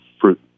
fruit